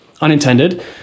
unintended